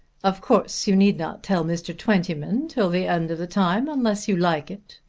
of course you need not tell mr. twentyman till the end of the time unless you like it.